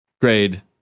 grade